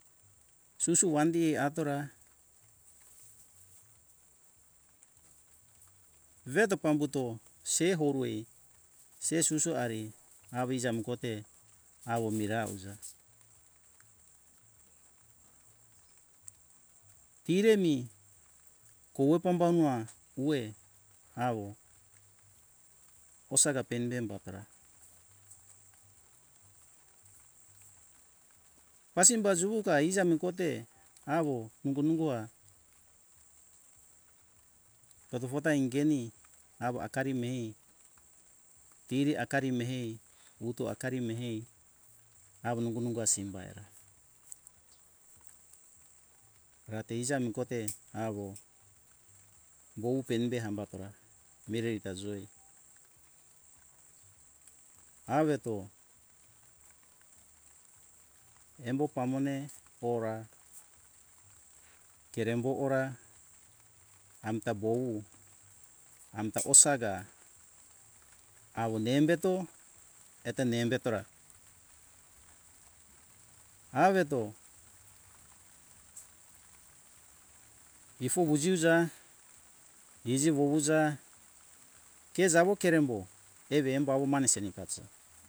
Susu wandi atora veto pambuto se wowoi se susu ari avi jamu kote awo be awija kiremi kowo pambamoa uwe awo osaga pembe batora pasimba juoka ijamu kote awo ungo nungoa toto fota ingeni awo akari mihei tiri akari mehei uto akari mehei awo nongo - nongo asimba era rate eiza mi kote awo gou pembe awatora mirerita joi aweto embo pamone ora kerembo ora amta bowu amta osaga awo bembeto eto ne embo tora aweto ifo wo fuza iji wo wuza ke jawo kerembo eve em bawomane seni kajo